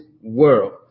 world